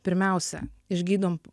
pirmiausia išgydom